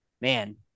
man